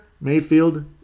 Mayfield